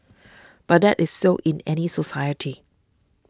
but that is so in any society